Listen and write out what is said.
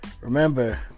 remember